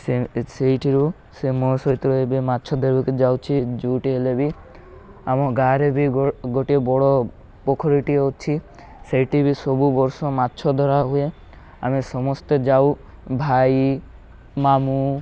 ସେ ସେଇଠିରୁ ସେ ମୋ ସହିତ ଏବେ ମାଛ ଧରିବାକୁ ଯାଉଛି ଯେଉଁଟି ହେଲେ ବି ଆମ ଗାଁରେ ବି ଗୋଟିଏ ବଡ଼ ପୋଖରୀଟିଏ ଅଛି ସେଇଠି ବି ସବୁ ବର୍ଷ ମାଛ ଧରା ହୁଏ ଆମେ ସମସ୍ତେ ଯାଉ ଭାଇ ମାମୁଁ